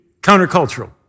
countercultural